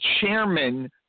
chairman